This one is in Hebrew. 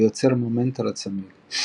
ויוצר מומנט על הצמיג.